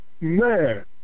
man